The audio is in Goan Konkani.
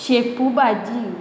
शेपू भाजी